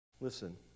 Listen